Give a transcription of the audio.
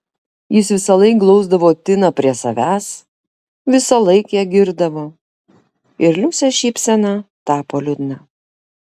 jis visąlaik glausdavo tiną prie savęs visąlaik ją girdavo ir liusės šypsena tapo liūdna